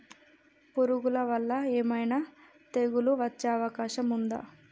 పురుగుల వల్ల ఏమైనా తెగులు వచ్చే అవకాశం ఉందా?